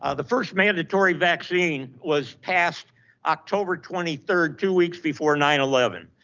ah the first mandatory vaccine was passed october twenty third, two weeks before nine eleven,